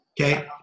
Okay